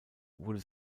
wurde